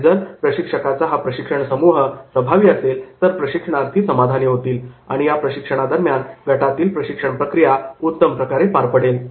आणि जर प्रशिक्षकाचा हा प्रशिक्षण समूह जर प्रभावी असेल तर प्रशिक्षणार्थी समाधानी होतील व प्रशिक्षणादरम्यान गटातील प्रशिक्षण प्रक्रिया उत्तम प्रकारे पार पडेल